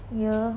ya